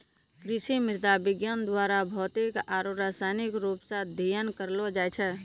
कृषि मृदा विज्ञान द्वारा भौतिक आरु रसायनिक रुप से अध्ययन करलो जाय छै